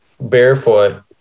barefoot